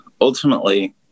ultimately